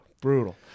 Brutal